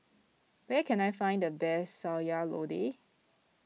where can I find the best Sayur Lodeh